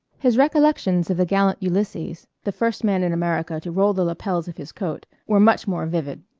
his recollections of the gallant ulysses, the first man in america to roll the lapels of his coat, were much more vivid.